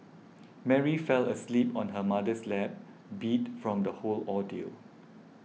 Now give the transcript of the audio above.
Mary fell asleep on her mother's lap beat from the whole ordeal